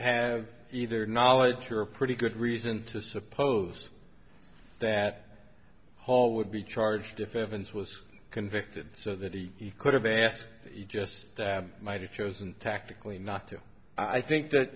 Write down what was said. have either knowledge or a pretty good reason to suppose that hall would be charged if evans was convicted so that he could have asked he just might have chosen tactically not to i think that